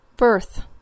birth